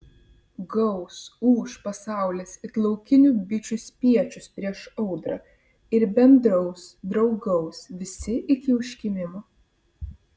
gaus ūš pasaulis it laukinių bičių spiečius prieš audrą ir bendraus draugaus visi iki užkimimo